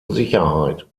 sicherheit